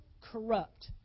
corrupt